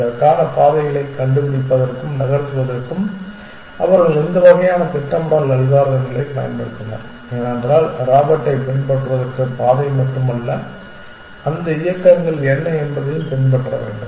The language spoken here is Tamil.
இதற்கான பாதைகளைக் கண்டுபிடிப்பதற்கும் நகர்த்துவதற்கும் அவர்கள் இந்த வகையான திட்டமிடல் அல்காரிதம்களைப் பயன்படுத்தினர் ஏனென்றால் ராபர்ட்டைப் பின்பற்றுவதற்கான பாதை மட்டுமல்ல அந்த இயக்கங்கள் என்ன என்பதையும் பின்பற்ற வேண்டும்